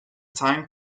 time